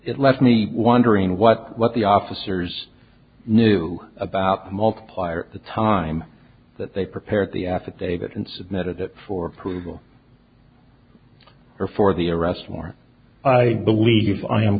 it left me wondering what what the officers knew about the multiplier at the time that they prepared the affidavit and submitted it for approval or for the arrest warrant i believe i